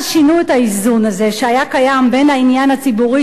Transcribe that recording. אז שינו את האיזון הזה שהיה קיים בין העניין הציבורי